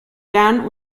gern